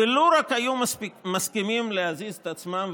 ולו רק הם היו מסכימים להזיז את עצמם,